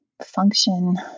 Function